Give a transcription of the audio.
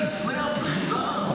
גם השר לוין פה.